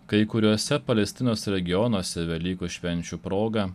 kai kuriuose palestinos regionuose velykų švenčių proga